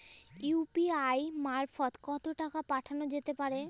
UPI মারফত কত টাকা পাঠানো যেতে পারে?